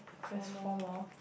there's four more